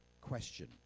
question